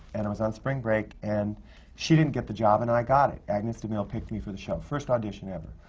and i was on spring break, and she didn't get the job and i got it. agnes de mille picked me for the show, first audition ever.